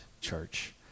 church